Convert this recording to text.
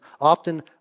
often